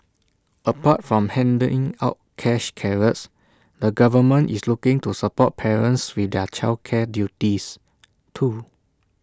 apart from handing out cash carrots the government is looking to support parents with their childcare duties too